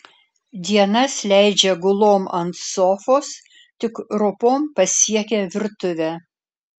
dienas leidžia gulom ant sofos tik ropom pasiekia virtuvę